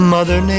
Mother